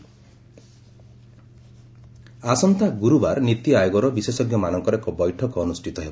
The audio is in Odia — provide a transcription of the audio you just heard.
ପିଏମ୍ ନୀତି ଆସନ୍ତା ଗୁରୁବାର ନୀତି ଆୟୋଗର ବିଶେଷଜ୍ଞମାନଙ୍କର ଏକ ବୈଠକ ଅନୁଷ୍ଠିତ ହେବ